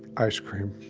ice cream.